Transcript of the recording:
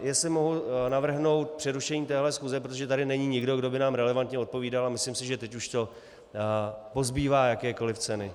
Jestli mohu navrhnout přerušení téhle schůze, protože tady není nikdo, kdo by nám relevantně odpovídal, a myslím si, že teď už to pozbývá jakékoliv ceny.